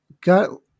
got